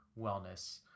wellness